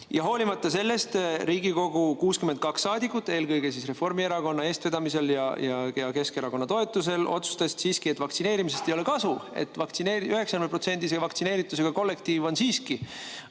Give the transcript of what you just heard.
Hoolimata sellest 62 Riigikogu saadikut, eelkõige Reformierakonna eestvedamisel, aga ka Keskerakonna toetusel otsustasid, et vaktsineerimisest ei ole kasu, et 90%‑lise vaktsineeritusega kollektiiv on siiski